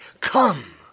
Come